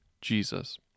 Jesus